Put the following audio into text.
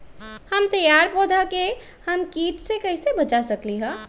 हमर तैयार पौधा के हम किट से कैसे बचा सकलि ह?